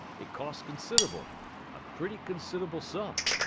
it cost consid'able a pretty consid'able sum.